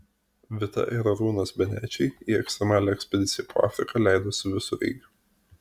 vita ir arūnas benečiai į ekstremalią ekspediciją po afriką leidosi visureigiu